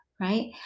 Right